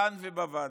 כאן ובוועדות,